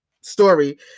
story